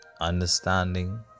Understanding